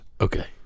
Okay